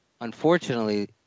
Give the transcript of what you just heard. unfortunately